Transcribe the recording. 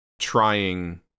Trying